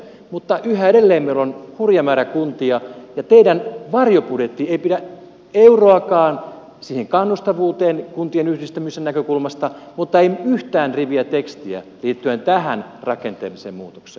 mutta yhä edelleen meillä on hurja määrä kuntia ja teidän varjobudjettinne ei tuo euroakaan siihen kannustavuuteen kuntien yhdistymisen näkökulmasta eikä yhtään riviä tekstiä liittyen tähän rakenteelliseen muutokseen